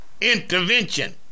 intervention